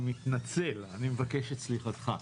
אני מתנצל, אני מבקש את סליחתך.